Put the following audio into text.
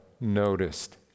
noticed